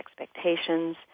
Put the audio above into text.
expectations